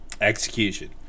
Execution